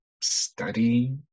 study